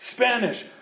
Spanish